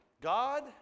God